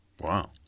Wow